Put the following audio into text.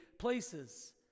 places